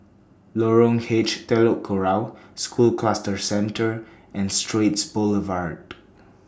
Lorong H Telok Kurau School Cluster Centre and Straits Boulevard